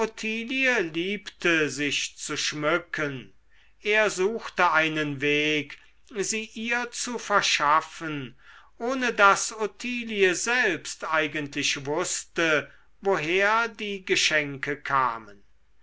liebte sich zu schmücken er suchte einen weg sie ihr zu verschaffen ohne daß ottilie selbst eigentlich wußte woher die geschenke kamen